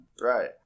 Right